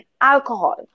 alcohol